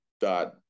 dot